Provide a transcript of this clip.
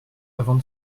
avant